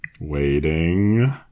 Waiting